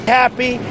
happy